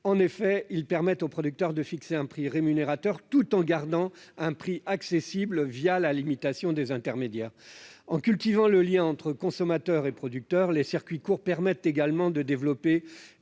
En effet, ils permettent aux producteurs de fixer un prix à la fois rémunérateur pour eux et accessible au consommateur, la limitation des intermédiaires. En cultivant le lien entre consommateurs et producteurs, les circuits courts permettent également de développer